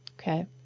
okay